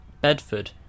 Bedford